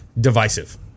divisive